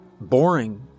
boring